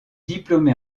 diplômé